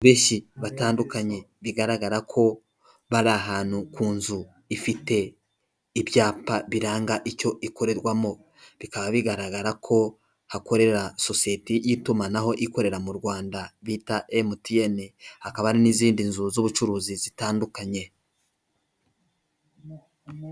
Beshi batandukanye bigaragara ko bari ahantu ku nzu ifite ibyapa biranga icyo ikorerwamo, bikaba bigaragara ko hakorera sosiyete y'itumanaho ikorera mu Rwanda bita MTN, hakaba hari n'izindi nzu z'ubucuruzi zitandukanye.